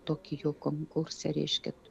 tokijo konkurse reiškia